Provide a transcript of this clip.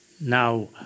Now